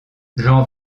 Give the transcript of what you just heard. jean